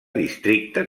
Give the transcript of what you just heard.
districte